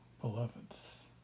beloveds